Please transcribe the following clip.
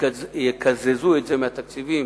שיקזזו את זה מהתקציבים